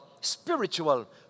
spiritual